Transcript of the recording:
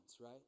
right